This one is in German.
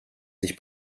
sich